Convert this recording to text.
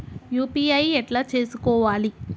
UPI ఎట్లా చేసుకోవాలి?